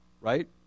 Right